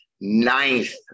ninth